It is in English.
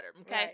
okay